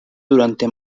durante